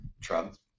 Trump